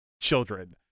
children